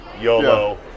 YOLO